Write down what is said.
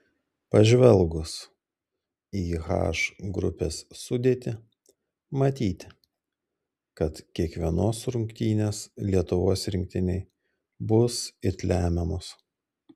pažvelgus į h grupės sudėtį matyti kad kiekvienos rungtynės lietuvos rinktinei bus it lemiamos